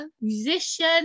musician